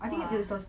!wah!